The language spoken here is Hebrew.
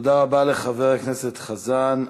תודה רבה לחבר הכנסת חזן.